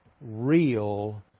real